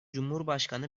cumhurbaşkanı